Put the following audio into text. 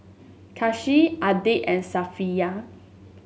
Kasih Adi and Safiya